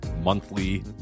Monthly